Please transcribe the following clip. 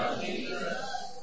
Jesus